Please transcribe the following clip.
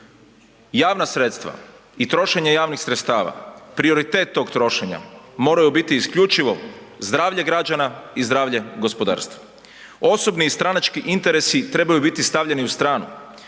Javna sredstva i trošenje javnih sredstava, prioritet tog trošenja moraju biti isključivo zdravlje građana i zdravlje gospodarstva. Osobni i stranački interesi trebaju biti stavljeni u stranu,